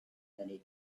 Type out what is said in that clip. many